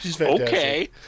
okay